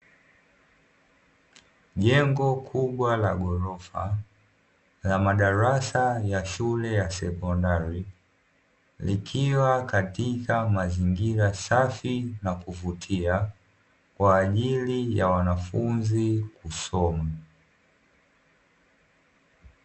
Jengo kubwa la gorofa, la madarasa ya shule ya sekondari, likiwa katika mazingira safi ya kuvutia kwa ajili ya wanafunzi kusoma.